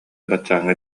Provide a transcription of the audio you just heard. баччааҥҥа